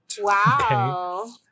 Wow